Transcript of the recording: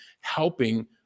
helping